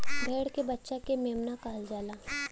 भेड़ के बच्चा के मेमना कहल जाला